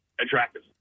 attractive